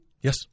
Yes